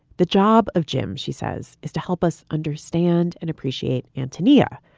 the job of jim, she says, is to help us understand and appreciate. antonia,